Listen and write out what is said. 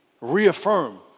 Reaffirm